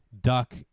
duck